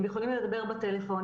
הם יכולים לדבר בטלפון.